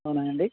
అవునా అండి